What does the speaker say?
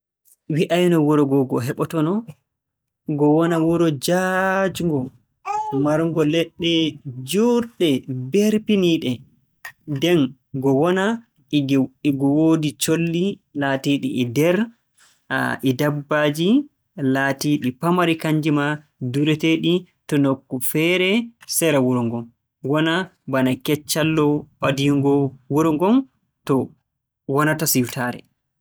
Wi'ayno wuro ngo'o ngo heɓotono, ngo wona wuro jaajngo, marngo leɗɗe juutɗe peerfiniiɗe, nden ngo wona e ng- e ngo woodi colli laatiiɗi e nder e kadi dabbaaji laatiiɗi pamari kannji maa, ndureteeɗi to nokku feere sera wuro ngon. Wona bana keccallo ɓadiingo wuro ngon. To wonata siwtaare.